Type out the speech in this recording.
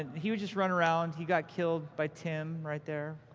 he would just run around. he got killed by tim right there.